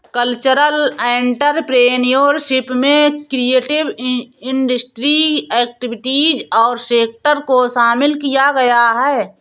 cultural entrepreneurship में creative industry activities और sector को शामिल किया गया है